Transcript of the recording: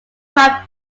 craft